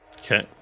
Okay